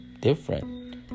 different